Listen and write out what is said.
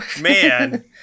Man